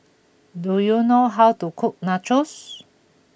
do you know how to cook Nachos